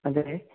അതേ